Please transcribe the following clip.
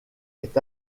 est